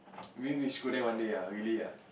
really reach school one day ah really ah